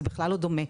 זה בכלל לא דומה,